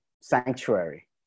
sanctuary